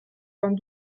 vingt